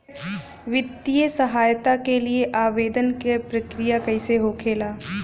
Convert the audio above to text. वित्तीय सहायता के लिए आवेदन क प्रक्रिया कैसे होखेला?